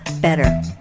better